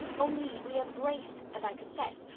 only we embraced, and i confess,